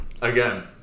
again